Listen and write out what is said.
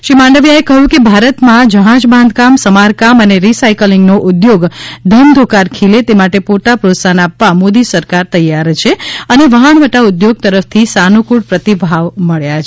શ્રી માંડવિયાએ કહ્યું કે ભારતમાં જહાજ બાંધકામ સમારકામ અને રી સાયકલિંગ નો ઉદ્યોગ ધમધોકાર ખીલે તે માટે પૂરતા પ્રોત્સાહન આપવા મોદી સરકાર તૈયાર છે અને વહાણવટા ઉદ્યોગ તરફથી સાનુકૂળ પ્રતીભાવ મળ્યા છે